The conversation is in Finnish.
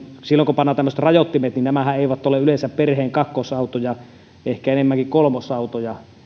silloin kun pannaan tämmöiset rajoittimet niin nämähän eivät ole yleensä perheen kakkosautoja vaan ehkä enemmänkin kolmosautoja